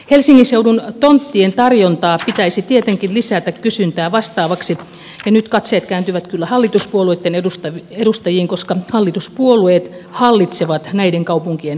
helsingin seudun tonttien tarjontaa pitäisi tietenkin lisätä kysyntää vastaavaksi ja nyt katseet kääntyvät kyllä hallituspuolueitten edustajiin koska hallituspuolueet hallitsevat näiden kaupunkien tonttipolitiikkaa